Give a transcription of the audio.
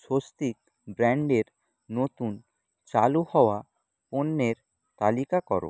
স্বস্তিক ব্র্যাণ্ডের নতুন চালু হওয়া পণ্যের তালিকা করো